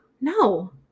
no